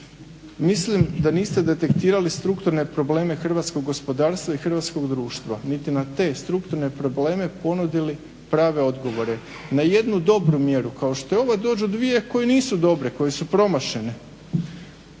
Mislim da niste detektirali strukturne probleme hrvatskog gospodarstva i hrvatskog društva niti na te strukturne probleme ponudili prave odgovore. Na jednu dobru mjeru kao što je ova dođu dvije koje nisu dobre, koje su promašene.